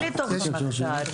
לא לתוך המחקר.